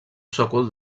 sòcol